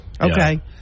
Okay